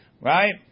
right